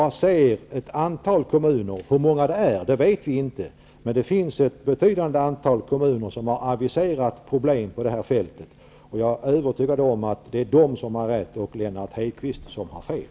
Jag ser ett antal kommuner, vi vet inte hur många, som har aviserat problem på det här fältet. Jag är övertygad om att det är de som har rätt och Lennart Hedquist som har fel.